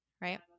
Right